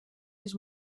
les